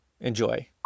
Enjoy